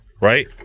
Right